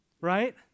Right